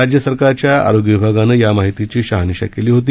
राज्य सरकारच्या आरोग्य विभागानं या माहितीची शहानिशा केली होती